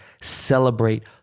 celebrate